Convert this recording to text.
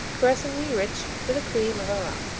caressingly rich with the cream of arras.